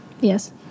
Yes